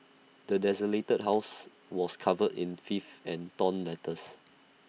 the desolated house was covered in filth and torn letters